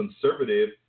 conservative